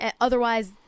Otherwise